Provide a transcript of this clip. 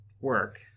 work